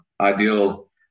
ideal